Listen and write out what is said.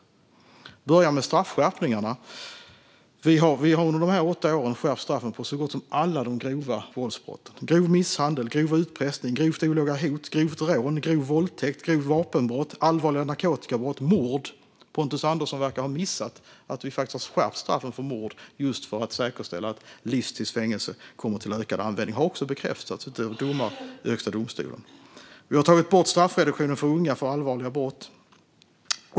Jag kan börja med straffskärpningarna. Vi har under de här åtta åren skärpt straffen för så gott som alla de grova våldsbrotten: grov misshandel, grov utpressning, grovt olaga hot, grovt rån, grov våldtäkt, grovt vapenbrott, allvarliga narkotikabrott och mord. Pontus Andersson verkar ha missat att vi har skärpt straffen för mord just för att säkerställa att livstids fängelse kommer till ökad användning. Detta har också bekräftats av domar i Högsta domstolen. Vi har även tagit bort straffreduktionen för unga vid allvarliga brott.